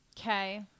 Okay